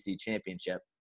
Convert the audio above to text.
championship